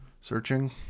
Searching